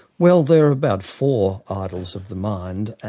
well there are about four idols of the mind.